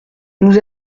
nous